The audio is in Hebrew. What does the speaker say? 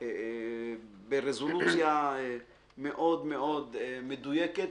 ברזולוציה מאוד מדויקת,